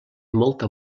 molt